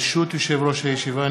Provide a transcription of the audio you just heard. ברשות יושב-ראש הישיבה,